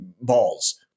balls